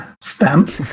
stamp